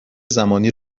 زمانی